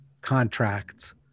contracts